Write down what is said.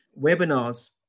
webinars